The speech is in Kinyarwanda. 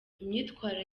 imyitwarire